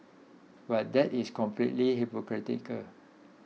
but that is completely hypocritical